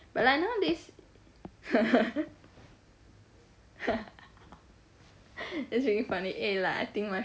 but like nowadays it's really funny eh like I think my